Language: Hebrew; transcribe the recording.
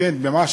כן, ממש.